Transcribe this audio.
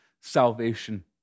salvation